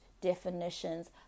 definitions